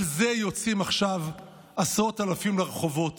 על זה יוצאים עכשיו עשרות אלפים לרחובות.